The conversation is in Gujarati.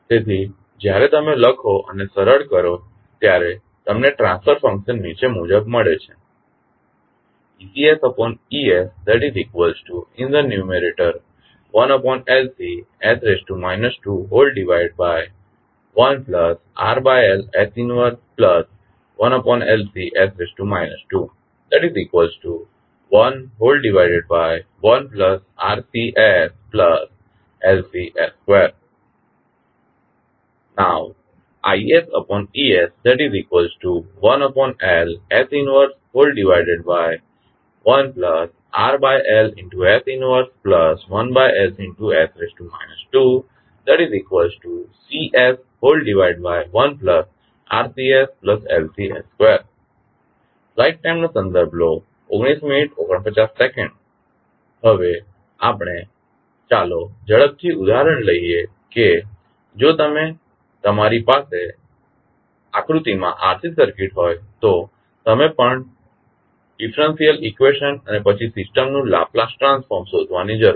તેથી જ્યારે તમે લખો અને સરળ કરો ત્યારે તમને ટ્રાંસફર ફંકશન નીચે મુજબ મળે છે EcE s 21 RL s 1 1LC s 211 RCs LCs2 IEs 11 RL s 1 1LC s 2Cs1 RCs LCs2 હવે ચાલો આપણે ઝડપથી ઉદાહરણ લઈએ કે જો તમારી પાસે આકૃતિમાં RC સર્કિટ હોય તો આપણે ડિફરન્સલ ઇક્વેશન અને પછી સિસ્ટમનું લાપ્લાસ ટ્રાન્સફોર્મ શોધવાની જરૂર છે